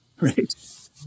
Right